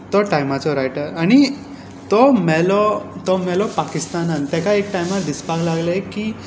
तो टायमाचो रायटर आनी तो मेलो पाकिस्तानांत ताका एक टायमार दिसपाक लागलें की